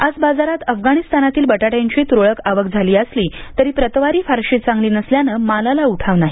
आज बाजारात अफगाणिस्तानातील बटाट्यांची तुरळक आवक झाली असली तरी प्रतवारी फारशी चांगली नसल्याने मालाला उठाव नाही